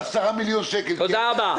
תודה רבה.